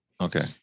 Okay